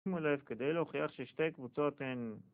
שימו לב כדי להוכיח ששתי קבוצות הן...